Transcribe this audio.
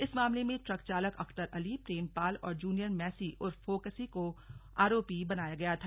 इस मामले में ट्रक चालक अख्तर अली प्रेम पाल और जूनियर मैसी उर्फ फौकसी को आरोपी बनाया गया था